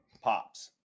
Pops